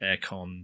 aircon